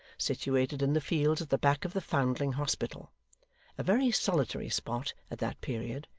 situated in the fields at the back of the foundling hospital a very solitary spot at that period,